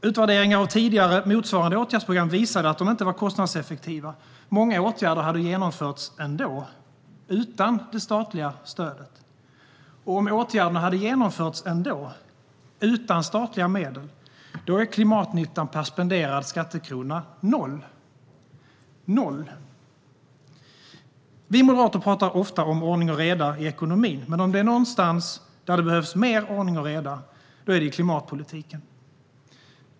Utvärderingar av tidigare motsvarande åtgärdsprogram visade att de inte var kostnadseffektiva och att många åtgärder hade genomförts ändå, utan det statliga stödet. Om åtgärderna hade genomförts även utan statliga medel är klimatnyttan per spenderad skattekrona noll - noll! Vi moderater pratar ofta om ordning och reda i ekonomin, men om det är någonstans det behövs mer ordning och reda är det i klimatpolitiken.